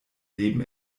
leben